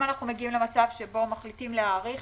אם אנחנו מגיעים למצב שבו מחליטים להאריך